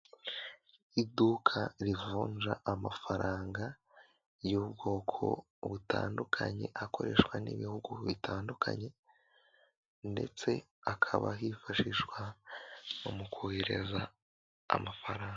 Iduka rivunja amafaranga y'ubwoko butandukanye akoreshwa n'ibihugu bitandukanye ndetse hakaba hifashishwa mu kohereza amafaranga.